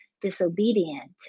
Disobedient